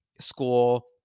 school